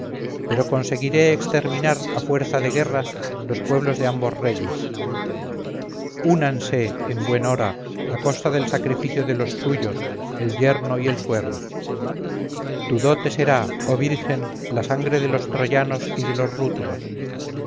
pero conseguiré exterminar a fuerza de guerras los pueblos de ambos reyes únanse en buen hora a costa del sacrificio de los suyos el yerno y el suegro tu dote será oh virgen la sangre de los troyanos y de los rútulos